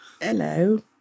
Hello